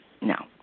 no